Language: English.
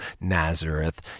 Nazareth